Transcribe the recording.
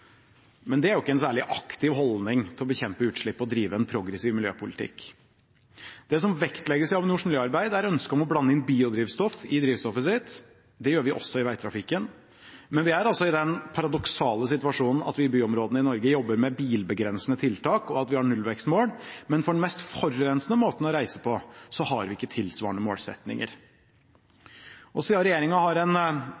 Men vi er altså i den paradoksale situasjonen at vi i byområdene i Norge jobber med bilbegrensende tiltak, og vi har nullvekstmål, men for den mest forurensende måten å reise på har vi ikke tilsvarende